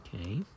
Okay